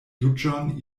juĝon